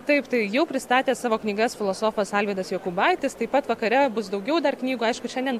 taip tai jau pristatė savo knygas filosofas alvydas jokubaitis taip pat vakare bus daugiau dar knygų aišku šiandien